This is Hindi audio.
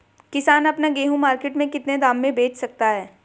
किसान अपना गेहूँ मार्केट में कितने दाम में बेच सकता है?